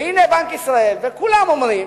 והנה, בנק ישראל וכולם אומרים